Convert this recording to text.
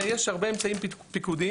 ויש הרבה אמצעים פיקודיים,